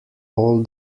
all